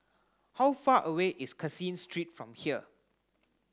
how far away is Caseen Street from here